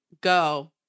Go